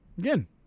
Again